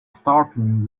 stopping